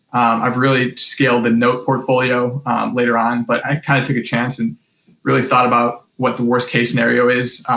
i've really scaled the note portfolio later on, but i kind of took a chance and really thought about what the worse case scenario is.